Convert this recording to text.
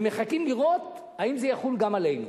ומחכים לראות אם זה יחול גם עלינו.